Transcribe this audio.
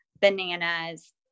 bananas